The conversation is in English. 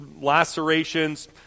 lacerations